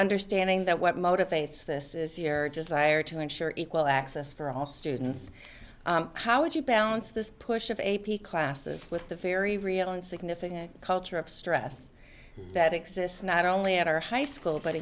understanding that what motivates this is year desire to ensure equal access for all students how would you balance this push of a p classes with the fairy real and significant culture of stress that exists not only at our high school but